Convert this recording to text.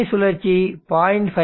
கடமை சுழற்சி 0